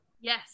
Yes